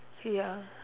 ya